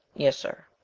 yes, sir.